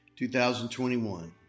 2021